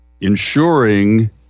ensuring